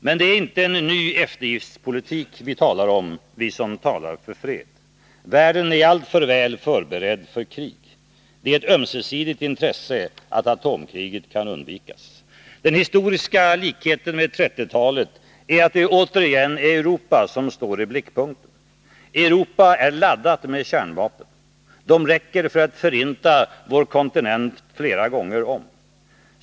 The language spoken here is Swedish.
Men det är inte en ny eftergiftspolitik vi talar om, vi som talar för fred. Världen är alltför väl förberedd för krig. Det är ett ömsesidigt intresse att atomkriget kan undvikas. Den historiska likheten med 1930-talet är att det återigen är Europa som står i blickpunkten. Europa är laddat med kärnvapen. De räcker för att förinta vår kontinent flera gånger om.